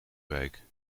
week